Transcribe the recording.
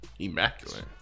Immaculate